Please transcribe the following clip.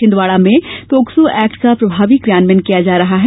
छिंदवाड़ा में POCSO act का प्रभावी क्रियान्वयन किया जा रहा है